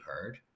heard